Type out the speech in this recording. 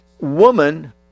woman